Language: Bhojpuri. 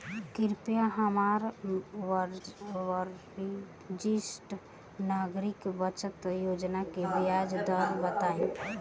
कृपया हमरा वरिष्ठ नागरिक बचत योजना के ब्याज दर बताई